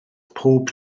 pob